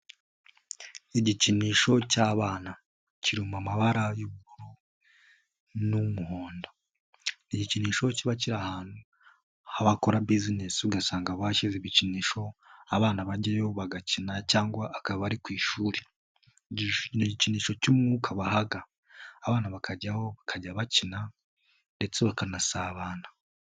Igikinisho cy'abana, kiri mu mabara y'ubururu n'umuhondo, ni igikinisho kiba kiri ahantu bakora bisinesi, ugasanga bahashyize ibikinisho, abana bajyayo bagakina cyangwa akaba bari ku ishuri, ni igikinisho cy'umwuka bahaga, abana bakajyaho bakajya bakina ndetse bakanasabana.